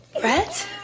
Brett